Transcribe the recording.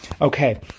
Okay